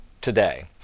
today